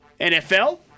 NFL